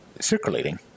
circulating